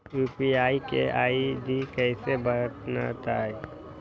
UPI के ID कैसे बनतई?